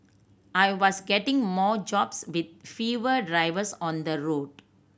I was getting more jobs with fewer drivers on the road